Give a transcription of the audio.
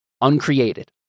uncreated